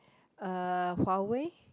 uh Huawei